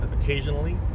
occasionally